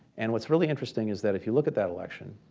and what's really interesting is that if you look at that election,